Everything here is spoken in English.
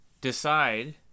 Decide